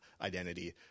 identity